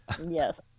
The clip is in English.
Yes